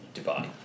Dubai